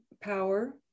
power